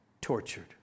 tortured